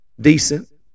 decent